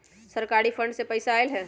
सरकारी फंड से पईसा आयल ह?